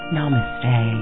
Namaste